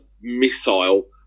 missile